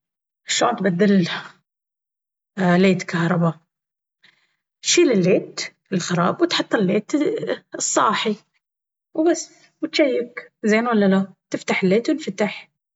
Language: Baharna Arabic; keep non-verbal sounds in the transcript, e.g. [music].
شلون تبدل ليت كهرباء؟ شيل الليت الخراب وتحط الليت [hesitation] الصاحي، وبس! وتجيك زين ولا لا، وتفتح الليت وينفتح..